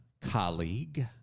colleague